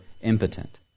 impotent